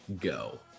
Go